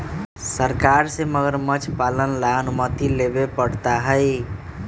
सरकार से मगरमच्छ पालन ला अनुमति लेवे पडड़ा हई